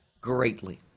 greatly